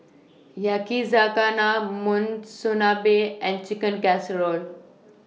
Yakizakana Monsunabe and Chicken Casserole